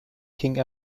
king